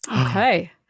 okay